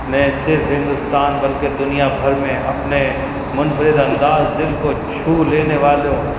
نے صرف ہندوستان بلکہ دنیا بھر میں اپنے منفرد انداز دل کو چھو لینے والوں